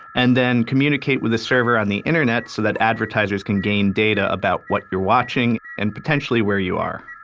and then communicate with a server on the internet internet so that advertisers can gain data about what you're watching and potentially where you are